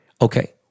okay